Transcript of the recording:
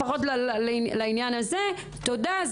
תודה,